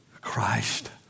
Christ